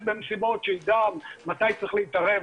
במסיבות כדי שידע מתי צריך להתערב,